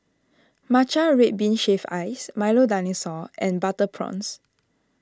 Matcha Red Bean Shaved Ice Milo Dinosaur and Butter Prawns